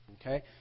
Okay